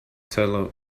taylor